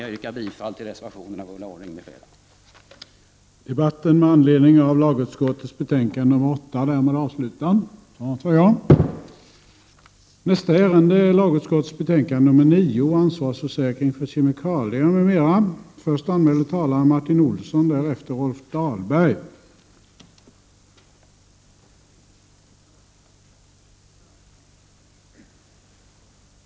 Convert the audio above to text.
Jag yrkar bifall till reservationen av Ulla Orring m.fl. Ansvarsförsäkring